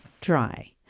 dry